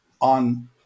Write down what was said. on